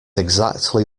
exactly